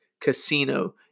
Casino